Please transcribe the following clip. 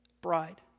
bride